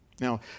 Now